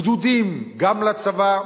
גדודים גם לצבא.